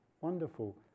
Wonderful